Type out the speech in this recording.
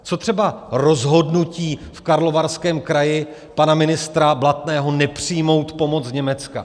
Co třeba rozhodnutí v Karlovarském kraji pana ministra Blatného nepřijmout pomoc z Německa?